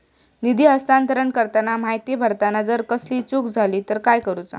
निधी हस्तांतरण करताना माहिती भरताना जर कसलीय चूक जाली तर काय करूचा?